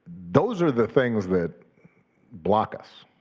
those are the things that block us.